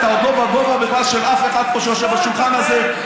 אתה עוד לא בגובה בכלל של אף אחד פה שיושב בשולחן הזה.